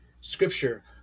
scripture